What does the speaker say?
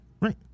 Right